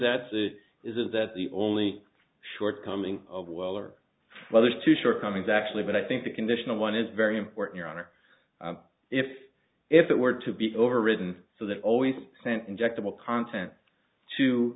that it is that the only shortcoming of well are others to shortcomings actually but i think the conditional one is very important or honor if if it were to be overridden so that always sent injectable content to